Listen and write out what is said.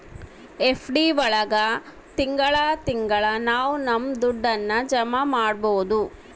FD ಒಳಗ ತಿಂಗಳ ತಿಂಗಳಾ ನಾವು ನಮ್ ದುಡ್ಡನ್ನ ಜಮ ಮಾಡ್ಬೋದು